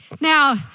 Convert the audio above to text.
Now